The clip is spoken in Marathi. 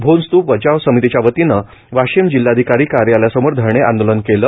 भोन स्तूप बचाव समितीच्या वतीने वाशिम जिल्हाधिकारी कार्यालयासमोर धरणे आंदोलन केले